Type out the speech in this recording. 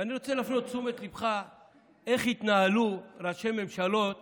ואני רוצה להפנות את תשומת ליבך איך התנהלו ראשי ממשלות